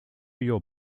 your